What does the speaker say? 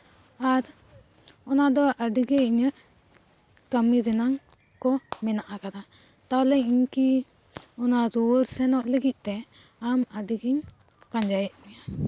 ᱟᱨ ᱚᱱᱟ ᱫᱚ ᱟᱹᱰᱤ ᱤᱧᱟᱹᱜ ᱠᱟᱹᱢᱤ ᱨᱮᱱᱟᱝ ᱠᱚ ᱢᱮᱱᱟᱜ ᱠᱟᱫᱟ ᱛᱟᱦᱚᱞᱮ ᱤᱧ ᱠᱤ ᱚᱱᱟ ᱨᱩᱣᱟᱹᱲ ᱥᱮᱱᱚᱜ ᱞᱟᱹᱜᱤᱫ ᱛᱮ ᱟᱢ ᱟᱹᱰᱤ ᱜᱤᱧ ᱯᱟᱸᱡᱟᱭᱮᱜ ᱢᱮᱭᱟ